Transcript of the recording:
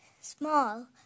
small